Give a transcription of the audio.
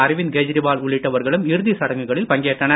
அரவிந்த் கெஜ்ரிவால் உள்ளிட்டவர்களும் இறுதி சடங்குகளில் பங்கேற்றனர்